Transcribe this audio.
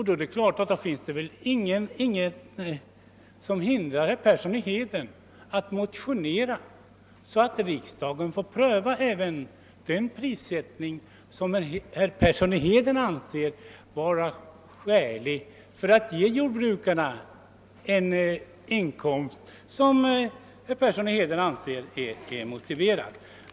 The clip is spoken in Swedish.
Det är då klart att det inte finns något som hindrar herr Persson i Heden att motionera i ärendet, så att riksdagen får pröva den prissättning som herr Persson i Heden anser vara skälig för att ge jordbrukarna den inkomst som han finner motiverad.